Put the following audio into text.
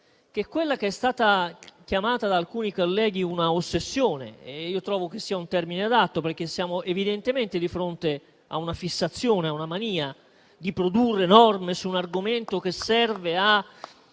- è quella che è stata chiamata da alcuni colleghi una ossessione; termine che trovo adatto, perché siamo evidentemente di fronte a una fissazione, alla mania di produrre norme su un argomento